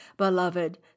Beloved